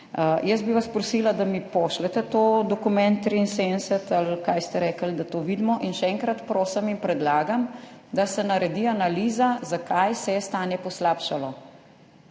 Jaz bi vas prosila, da mi pošljete ta dokument 73 ali kaj ste rekli, da to vidimo. Še enkrat prosim in predlagam, da se naredi analiza, zakaj se je stanje poslabšalo.